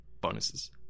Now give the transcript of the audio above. bonuses